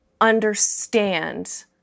understand